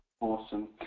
Awesome